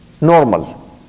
normal